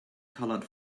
colored